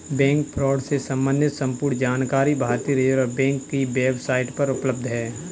bank fraud से सम्बंधित संपूर्ण जानकारी भारतीय रिज़र्व बैंक की वेब साईट पर उपलब्ध है